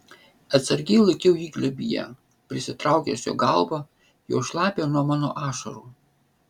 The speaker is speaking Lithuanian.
atsargiai laikiau jį glėbyje prisitraukęs jo galvą jau šlapią nuo mano ašarų